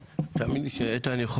תאמין לי, איתן יכול